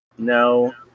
No